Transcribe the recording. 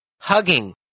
hugging